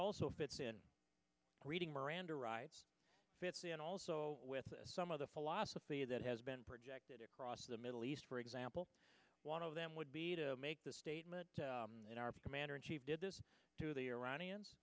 also fits in reading miranda rights fits and also with us some of the philosophy that has been projected across the middle east for example one of them would be to make the statement that our commander in chief did this to the iranians